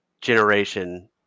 generation